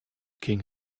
king